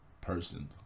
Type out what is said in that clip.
person